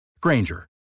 Granger